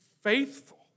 faithful